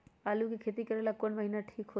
आलू के खेती करेला कौन महीना ठीक होई?